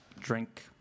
drink